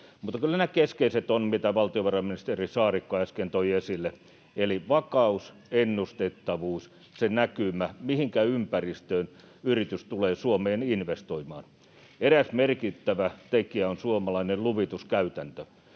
mutta kyllä nämä keskeiset tekijät ovat ne, mitä valtiovarainministeri Saarikko äsken toi esille, eli vakaus, ennustettavuus, se näkymä, mihinkä ympäristöön yritys tulee Suomeen investoimaan. Eräs merkittävä tekijä on suomalainen luvituskäytäntö,